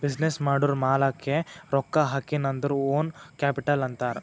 business ಮಾಡೂರ್ ಮಾಲಾಕ್ಕೆ ರೊಕ್ಕಾ ಹಾಕಿನ್ ಅಂದುರ್ ಓನ್ ಕ್ಯಾಪಿಟಲ್ ಅಂತಾರ್